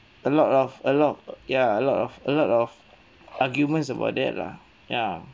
a lot of a lot ya a lot of a lot of arguments about that lah ya